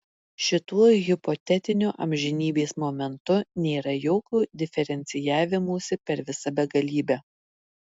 šituo hipotetiniu amžinybės momentu nėra jokio diferencijavimosi per visą begalybę